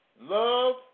love